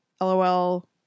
lol